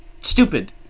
stupid